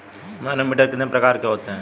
Manometer कितने प्रकार के होते हैं?